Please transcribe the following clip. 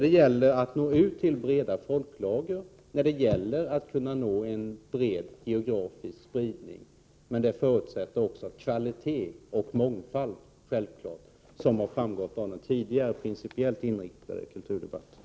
Det gäller att nå ut till breda folklager, och det gäller att nå ut och få en bred geografisk spridning. Men detta förutsätter kvalitet och mångfald — självfallet. Det har framgått av den tidigare, principiellt inriktade kulturdebatten.